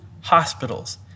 hospitals